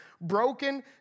broken